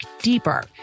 deeper